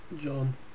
John